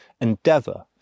endeavour